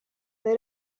vai